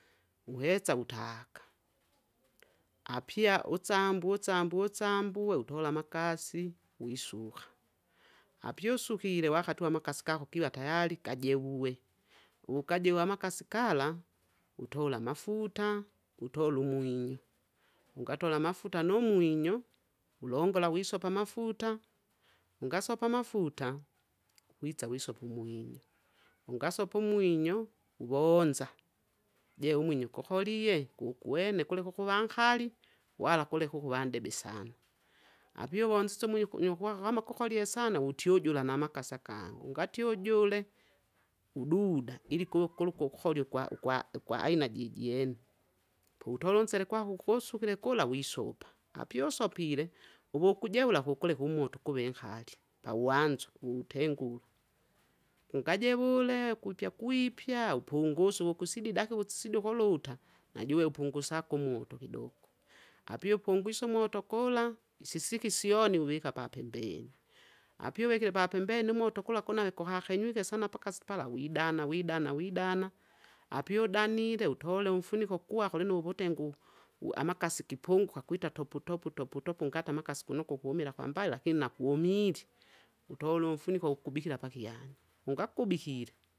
Uhetsa utaga, apya utsambu- tsambu- tsambuwe utola makasi, wisuha, apyu suhile wakati uwo magasi gaho giva tayari gajewuwe, wugajewa magasi gala, wutola mafuta, wutolu mwinyo, ungatola mafuta nu mwinyo, wulongola wisopa mafuta, wungasopa mafuta, witsa wisopu mwinyo, ungasopu mwinyo, wonza, je umwinyo kukoliye, gugwene, gulege huva nkali, wala gulehe huva ndebe sana, apyu wonzitse mwinyo- go- nyogwaho ama wukolye sana wutyujula na magasagani, ungatyujule, wududa ili gu- gulo- gukolye gwa- ugwa- ugwa aina jijene, pewutolu nzele gwaho ugusuhile gula wisopa. Apyu sopile, uhugujehula hugule humoto guvenhali, pawanzu gutengula, ungajewule gupye- gwipya upungusu ugusididaha wutsisidi huluta, najuwe upungusagu moto hidogo. Apiyu punguswu moto gula, isisigi syoni wuviha pa pembeni, apyu vehile pa pembenu moto gula gunave guhahenywihe sana pakasi pala widana- widana- widana, apyu danile wutole umfuniko gwaho linu hutengu, amakasi gipunguhahwita topu- topu- topu- topu ngata makasi kunugu guhumila hwambali lahini naguhumili, wutolu mfuniho wugubihila pahyanya, ungagubihile!